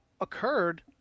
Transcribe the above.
occurred